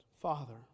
Father